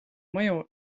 mõju